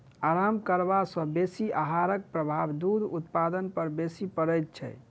आराम करबा सॅ बेसी आहारक प्रभाव दूध उत्पादन पर बेसी पड़ैत छै